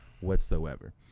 whatsoever